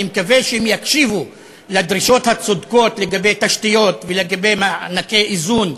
אני מקווה שהם יקשיבו לדרישות הצודקות לגבי תשתיות ולגבי מענקי איזון,